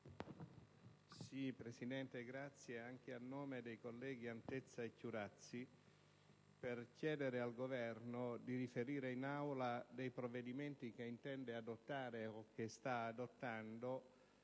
Presidente, anche a nome dei colleghi Antezza e Chiurazzi, chiedo al Governo di riferire in Aula sui provvedimenti che intende adottare o sta adottando